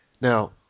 Now